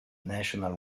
national